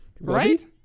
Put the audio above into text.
Right